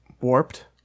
warped